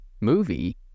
movie